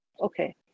Okay